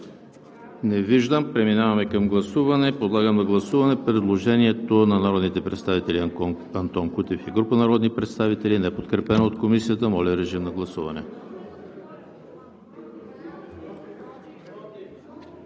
Не виждам. Преминаваме към гласуване. Подлагам на гласуване предложението на народните представител Антон Кутев и група народни представители, неподкрепено от Комисията. Гласували